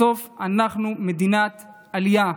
בסוף אנחנו מדינת עלייה.